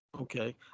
Okay